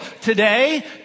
Today